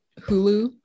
hulu